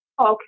okay